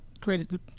created